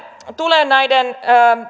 tulee tähän